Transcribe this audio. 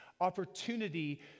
opportunity